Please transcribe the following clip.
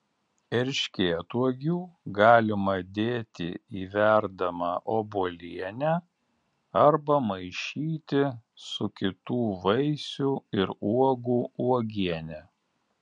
erškėtuogių galima dėti į verdamą obuolienę arba maišyti su kitų vaisių ir uogų uogiene